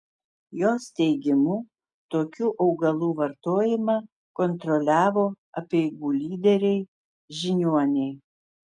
jos teigimu tokių augalų vartojimą kontroliavo apeigų lyderiai žiniuoniai